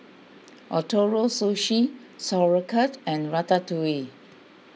Ootoro Sushi Sauerkraut and Ratatouille